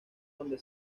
donde